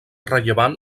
rellevant